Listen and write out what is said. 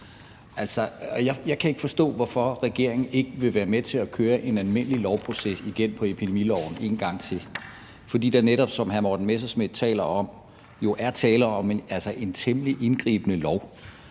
jeg ikke kan forstå, hvorfor regeringen ikke vil være med til at køre en almindelig lovproces i forhold til epidemiloven igennem en gang til, for der er jo, som hr. Morten Messerschmidt taler om, netop tale om en temmelig indgribende lov.